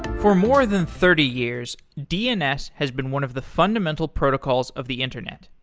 for more than thirty years, dns has been one of the fundamental protocols of the internet.